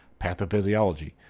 Pathophysiology